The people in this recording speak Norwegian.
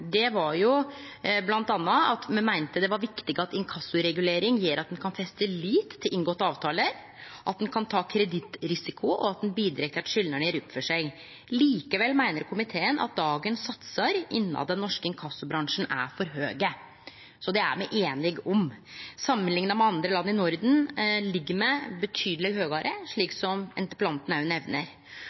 var bl.a. at «det er viktig at inkassoreguleringen gjør at man kan feste lit til inngåtte avtaler, at man kan ta kredittrisiko, og at den bidrar til at skyldnere gjør opp for seg. Likevel mener komiteen at dagens satser i den norske inkassobransjen er for høye.» Det er me einige om. Samanlikna med andre land i Norden ligg me betydeleg høgare, slik